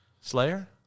Slayer